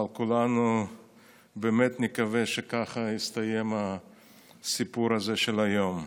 אבל כולנו באמת נקווה שככה יסתיים הסיפור הזה של היום.